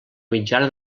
mitjana